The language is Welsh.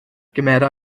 gymera